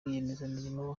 rwiyemezamirimo